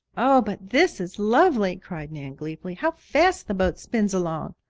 oh, but this is lovely! cried nan gleefully. how fast the boat spins along!